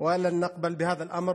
ולא נסכים לדבר הזה.